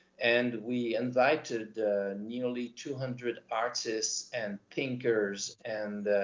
and we invited nearly two hundred artists and thinkers and